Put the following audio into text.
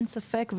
אין ספק,